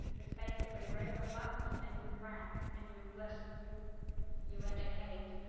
it is basically radio buttons and you rank. and you list. you you indicate